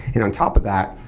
and on top of that,